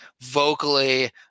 vocally –